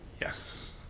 Yes